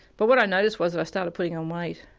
but what i noticed was i started putting on weight.